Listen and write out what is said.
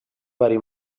vari